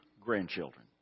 grandchildren